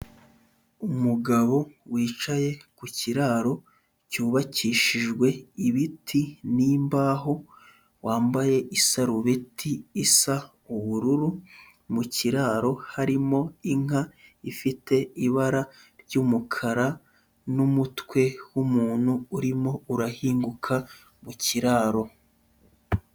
Umugabo wicaye ku kiraro cyubakishijwe ibiti n'imbaho, wambaye isarubeti isa ubururu, mu kiraro harimo inka ifite ibara ry'umukara n'umutwe w'umuntu urimo urahinguka mu kiraro.